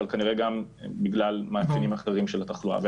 כנראה גם בגלל מאפיינים אחרים של התחלואה.